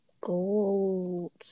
Gold